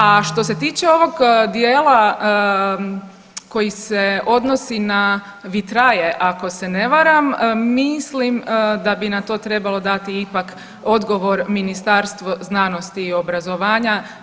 A što se tiče ovog dijela koji se odnosi na vitraje ako se ne varam, mislim da bi na to trebalo dati ipak odgovor Ministarstvo znanosti i obrazovanja.